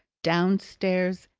downstairs,